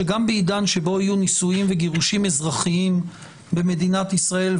שגם בעידן שבו יהיו נישואים וגירושים אזרחיים במדינת ישראל,